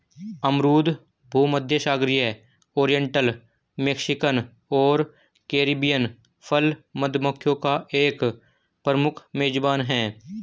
अमरूद भूमध्यसागरीय, oriental, Mexican और कैरिबियन फल मक्खियों का एक प्रमुख मेजबान है